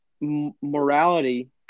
Morality